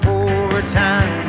overtime